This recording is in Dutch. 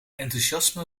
enthousiasme